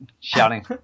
shouting